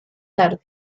tarde